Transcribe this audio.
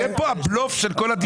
זה פה הבלוף של כל הדיון.